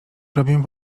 robię